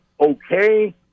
okay